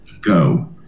go